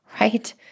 right